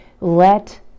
let